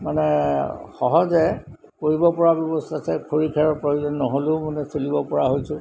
মানে সহজে কৰিব পৰা ব্যৱস্থা আছে খৰি খেৰৰ প্ৰয়োজন নহ'লেও মানে চলিব পৰা হৈছোঁ